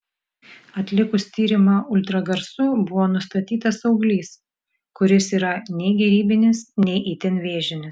atlikus tyrimą ultragarsu buvo nustatytas auglys kuris yra nei gerybinis nei itin vėžinis